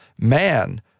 man